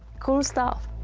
cool stuff.